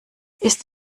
ist